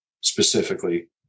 specifically